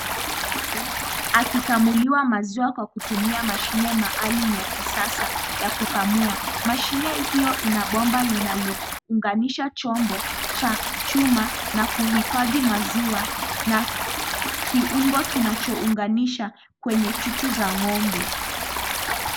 Ng'ombe akikamuliwa maziwa kwa kutumia mashine maalum ya kisasa ya kukamua. Mashine hiyo ina bomba linalounganisha chombo cha chuma na kuhifadhi maziwa na kiungo kinachounganisha kwenye chuchu za ng'ombe.